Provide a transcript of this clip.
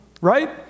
right